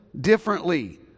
differently